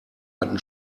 hatten